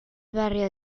barrio